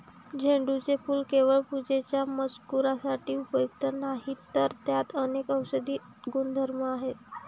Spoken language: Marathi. झेंडूचे फूल केवळ पूजेच्या मजकुरासाठी उपयुक्त नाही, तर त्यात अनेक औषधी गुणधर्म आहेत